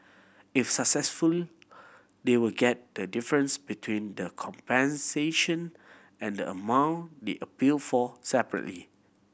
if successfully they will get the difference between the compensation and the amount they appeal for